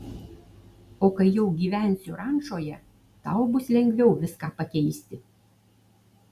o kai jau gyvensiu rančoje tau bus lengviau viską pakeisti